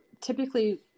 typically